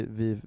vi